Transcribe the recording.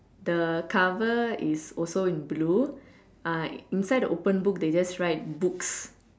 the cover is also in blue uh inside the open book they just write books